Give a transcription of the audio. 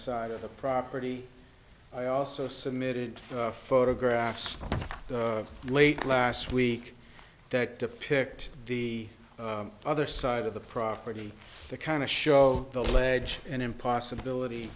side of the property i also submitted photographs late last week that depict the other side of the property the kind of show the ledge and in possibility